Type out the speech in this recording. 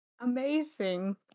Amazing